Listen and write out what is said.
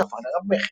שהפך לרב-מכר.